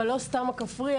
אבל לא סתם הכפרי,